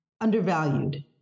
undervalued